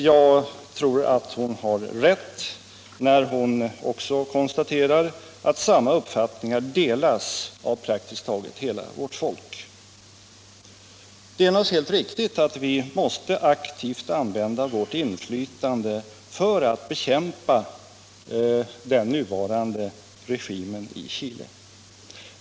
Jag tror att fru Sundberg har rätt när hon också konstaterar att samma uppfattningar delas av praktiskt taget hela vårt folk. Det är naturligtvis helt riktigt att Sverige aktivt måste använda sitt inflytande för att bekämpa den nuvarande regimen i Chile.